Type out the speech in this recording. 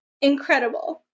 incredible